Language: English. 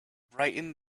brightened